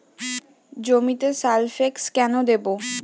জমিতে সালফেক্স কেন দেবো?